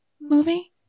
movie